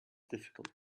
difficult